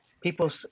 people